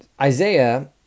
Isaiah